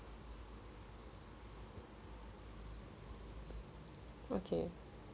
okay